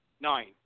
nine